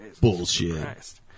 bullshit